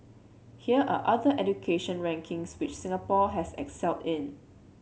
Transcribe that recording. here are other education rankings which Singapore has excelled in